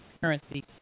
currency